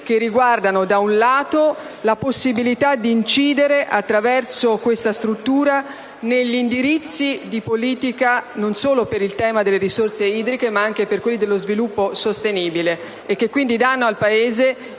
Un primo aspetto è la possibilità di incidere attraverso questa struttura negli indirizzi di politica, non solo per il tema delle risorse idriche, ma anche per quello dello sviluppo sostenibile, dando quindi al Paese,